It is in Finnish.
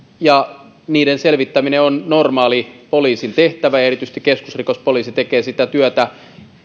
ja niiden selvittäminen on normaali poliisin tehtävä ja erityisesti keskusrikospoliisi tekee sitä työtä